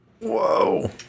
Whoa